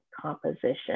composition